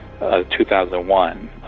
2001